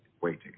Waiting